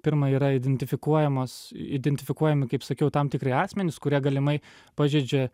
pirma yra identifikuojamos identifikuojami kaip sakiau tam tikri asmenys kurie galimai pažeidžia